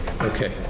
Okay